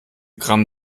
gramm